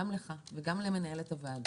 גם לך וגם למנהלת הוועדה,